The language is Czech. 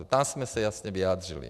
Tam jsme se jasně vyjádřili.